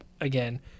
again